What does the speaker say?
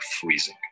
freezing